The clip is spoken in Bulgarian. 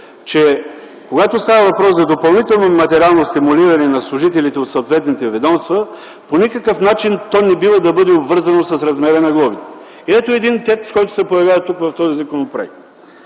че когато става въпрос за допълнително материално стимулиране на служителите от съответните ведомства, по никакъв начин то не бива да бъде обвързано с размера на глобите. Ето един текст, който се появява тук, в този законопроект: